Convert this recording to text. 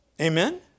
Amen